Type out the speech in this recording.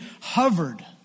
hovered